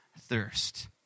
thirst